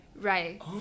right